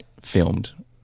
filmed